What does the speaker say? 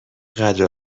قدر